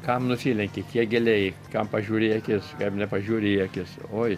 kam nusilenki kiek giliai kam pažiūri į akis kam nepažiūri į akis oi